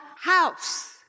house